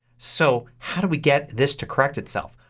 so how do we get this to correct itself?